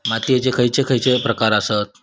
मातीयेचे खैचे खैचे प्रकार आसत?